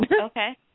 okay